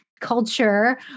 culture